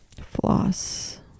Floss